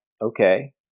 okay